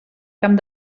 camp